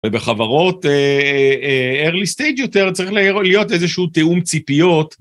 ובחברות early stage יותר, צריך להיות איזשהו תיאום ציפיות.